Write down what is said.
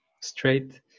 straight